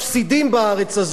כשרון ספרותי,